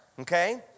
okay